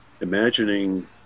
imagining